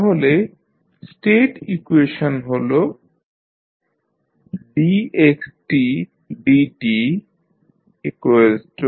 তাহলে state equation হল dxdtaxtbrt